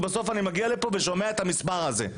ובסוף אני מגיע לכאן ושומע את המספר הזה?